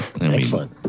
Excellent